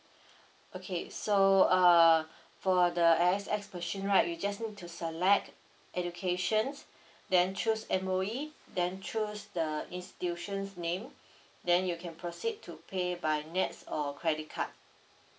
okay so uh for the A_X_S machine right you just need to select educations then choose M_O_E then choose the institution name then you can proceed to pay by nets or credit card